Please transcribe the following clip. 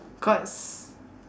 cause